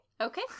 Okay